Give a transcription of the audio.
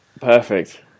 perfect